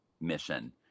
mission